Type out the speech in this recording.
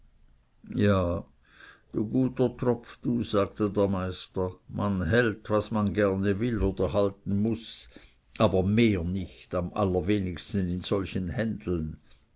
ja du guter tropf du sagte der meister man hält was man gerne will oder halten muß aber mehr nicht am allerwenigsten in solchen händeln